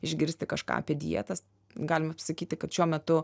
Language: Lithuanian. išgirsti kažką apie dietas galima sakyti kad šiuo metu